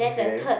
okay